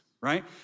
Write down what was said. right